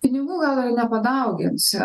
pinigų gal ir nepadaugins